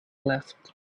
left